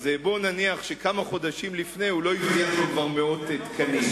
אז בוא נניח שכמה חודשים לפני זה הוא לא כבר הבטיח לו מאות תקנים.